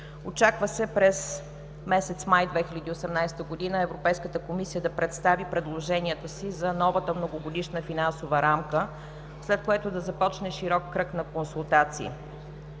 Очаква се през месец май 2018 г. Европейската комисия да представи предложенията си за новата многогодишна финансова рамка, след което да започне широк кръг на консултации.